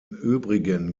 übrigen